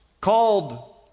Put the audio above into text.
called